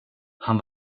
han